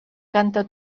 canta